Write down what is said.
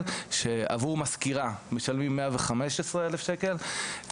ועבור מזכירה משלמים 115 אלף שקלים,